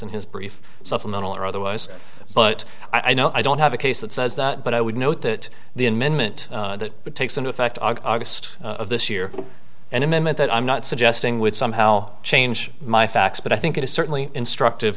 in his brief supplemental or otherwise but i know i don't have a case that says that but i would note that the amendment that takes into effect august of this year an amendment that i'm not suggesting would somehow change my facts but i think it is certainly instruct